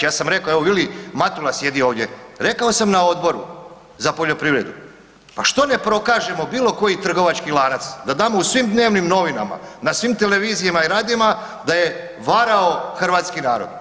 Ja sam reko, evo Vili Matula sjedio ovdje, rekao sam na Odboru za poljoprivredu, pa što ne prokažemo bilo koji trgovački lanac da damo u svim dnevnim novinama, na svim televizijama i radijima da je varao hrvatski narod.